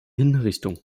hinrichtung